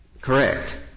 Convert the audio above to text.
Correct